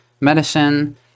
medicine